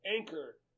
anchor